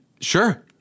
Sure